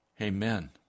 amen